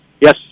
Yes